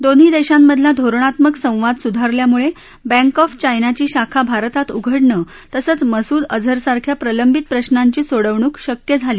दोन्ही देशांमधला धोरणात्मक संवाद सुधारल्यामुळे बँक ऑफ चायनाची शाखा भारतात उघडण तसंच मसूद अजहरसारख्या प्रलंबित प्रशांची सोडवणूक शक्य झाली